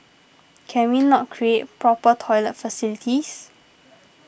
can we not create proper toilet facilities